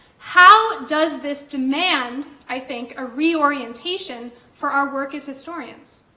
how does this demand, i think, a reorientation for our work as historians?